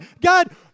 God